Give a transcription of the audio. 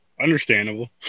Understandable